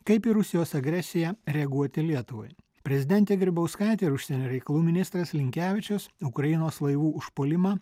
kaip į rusijos agresiją reaguoti lietuvai prezidentė grybauskaitė ir užsienio reikalų ministras linkevičius ukrainos laivų užpuolimą